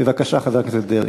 בבקשה, חבר הכנסת דרעי.